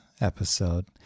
episode